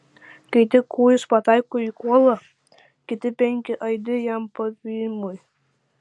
kai tik kūjis pataiko į kuolą kiti penki aidi jam pavymui